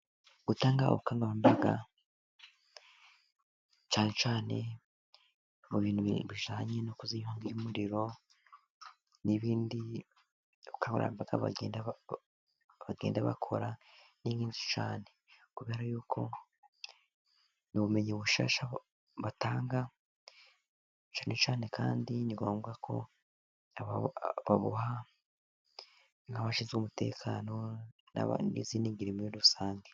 Gutanga ubukangurambaga, cyane cyane mu bintu bijyanye no kuzihangira umurimo n'ibindi, ubukangurambaga bagenda bakora ni bwinshi cyane, kubera ni ubumenyi bushyashya batanga, cyane cyane kandi ni ngombwa ko babuha nk'abashinzwe umutekano, n'izindi ngeri muri rusange.